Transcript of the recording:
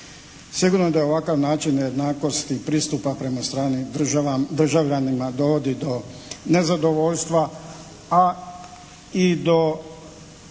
Sigurno da je ovakav način nejednakosti pristupa prema stranim državljanima dovodi do nezadovoljstva, a i do